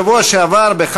בשבוע שעבר,